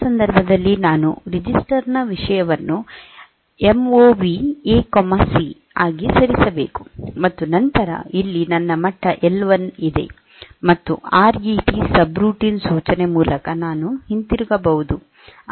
ಆ ಸಂದರ್ಭದಲ್ಲಿ ನಾನು ಸಿ ರಿಜಿಸ್ಟರ್ ನ ವಿಷಯವನ್ನು ಎಂಒವಿ ಎ ಸಿMOV AC ಆಗಿ ಸರಿಸಬೇಕು ಮತ್ತು ನಂತರ ಇಲ್ಲಿ ನನ್ನ ಮಟ್ಟ ಎಲ್ 1 ಇದೆ ಮತ್ತು ಆರ್ ಇ ಟಿ ಸಬ್ರುಟೀನ್ ಸೂಚನೆ ಮೂಲಕ ನಾನು ಹಿಂತಿರುಗಬಹುಧು